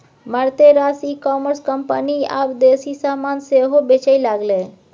मारिते रास e commerce company आब देसी समान सेहो बेचय लागलै